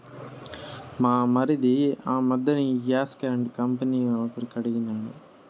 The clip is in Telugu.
మా మరిది ఆ మధ్దెన ఈ గ్యాస్ కరెంటు కంపెనీ నౌకరీ కడిగినాడు